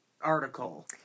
article